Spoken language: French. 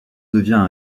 devient